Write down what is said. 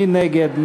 מי נגד?